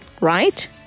right